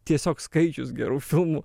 tiesiog skaičius gerų filmų